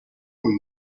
aux